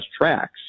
tracks